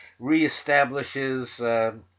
reestablishes